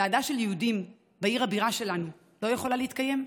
צעדה של יהודים בעיר הבירה שלנו לא יכולה להתקיים?